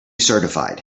certified